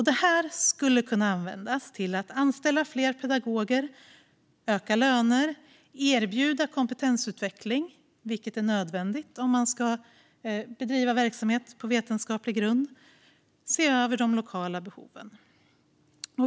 Det skulle kunna användas till att anställa fler pedagoger, öka löner, erbjuda kompetensutveckling - vilket är nödvändigt om man ska bedriva verksamhet på vetenskaplig grund - och se över de lokala behoven.